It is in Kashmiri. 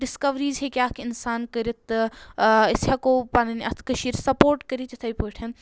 ڈِسکَوریٖز ہیٚکہِ اَکھ اِنسان کٔرِتھ تہٕ أسۍ ہؠکو پَنٕنۍ اَتھ کٔشیٖر سَپوٹ کٔرِتھ اِتھَے پٲٹھۍ